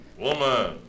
woman